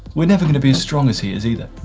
we're never gonna be as strong as he is either.